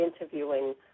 interviewing